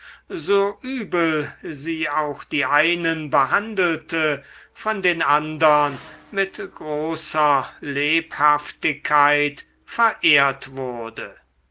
so übel sie auch die einen behandelte von den andern mit großer lebhaftigkeit verehrt wurde